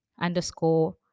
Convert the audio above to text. underscore